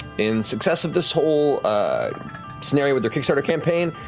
in success of this whole scenario with their kickstarter campaign,